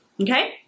okay